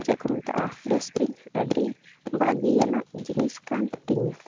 ᱪᱮᱫ ᱠᱚ ᱢᱮᱛᱟᱜᱼᱟ ᱰᱟᱥᱴᱵᱤᱱ ᱟᱹᱰᱤ ᱵᱷᱟᱹᱜᱤᱭᱟᱱᱟᱜ ᱡᱤᱱᱤᱥ ᱠᱟᱱ ᱛᱤᱧᱟᱹ